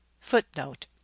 footnote